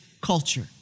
culture